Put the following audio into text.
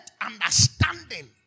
understanding